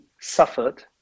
suffered